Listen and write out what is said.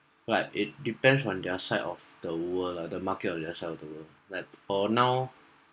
like it depends on their side of the world lah the market of their side of the world like for now